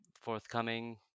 forthcoming